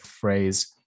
phrase